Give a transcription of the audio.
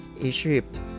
Egypt